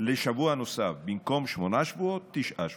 לשבוע נוסף: במקום שמונה שבועות, תשעה שבועות.